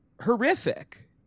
horrific